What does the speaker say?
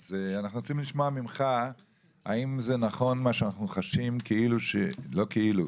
אנחנו רוצים לשמוע ממך אם מה שאנחנו חשים זה נכון,